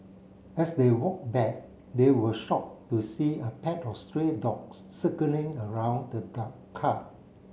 as they walked back they were shocked to see a pack of stray dogs circling around the the car